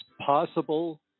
possible